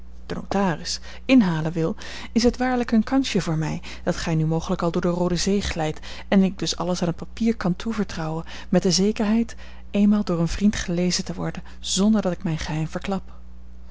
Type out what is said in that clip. inhalen wil is het waarlijk een kansje voor mij dat gij nu mogelijk al door de roode zee glijdt en ik dus alles aan t papier kan toevertrouwen met de zekerheid eenmaal door een vriend gelezen te worden zonder dat ik mijn geheim verklap